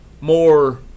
more